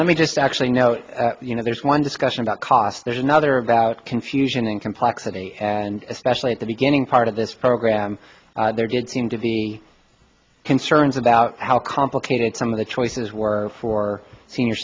let me just actually now you know there's one discussion about cost another about confusion and complexity especially at the beginning part of this program there did seem to be concerns about how complicated some of the choices were for senior